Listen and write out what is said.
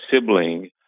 sibling